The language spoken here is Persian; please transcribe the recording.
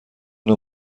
نوع